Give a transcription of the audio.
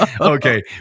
Okay